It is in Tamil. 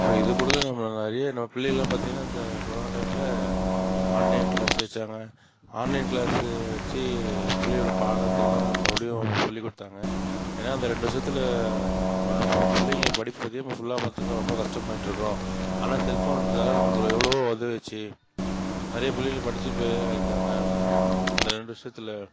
அப்புறம் இதுக்கூட இல்லை நம்ம நிறைய நம்ம பிள்ளைங்க பார்த்திங்கன்னா இந்த கொரோனா டைமில் ஆன்லைன் க்ளாஸ் வச்சாங்க ஆன்லைன் க்ளாஸ் வச்சு பிள்ளைங்களோட பாடத்தெல்லாம் மறுபடியும் சொல்லிக் கொடுத்தாங்க ஏன்னா இந்த ரெண்டு வருஷத்தில் ஒன்று பிள்ளைங்க படிப்பு இதே மாதிரி ஃபுல்லாக பார்த்திங்கன்னா ரொம்ப கஷ்டப்பட்டிருக்கும் அதெல்லாம் செல்ஃபோன் இருந்ததால் நம்மளுக்கு எவ்வளவோ உதவுச்சு நிறைய பிள்ளைங்க படிச்சு பெரியாளாகிருக்காங்க அந்த ரெண்டு வருஷத்தில்